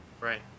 Right